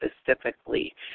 specifically